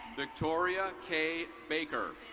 victoria k baker.